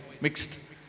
mixed